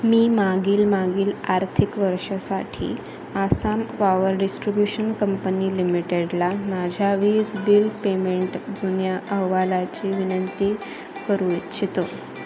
मी मागील मागील आर्थिक वर्षासाठी आसाम पॉवर डिस्ट्रीब्युशन कंपनी लिमिटेडला माझ्या वीज बिल पेमेंट जुन्या अहवालाची विनंती करू इच्छितो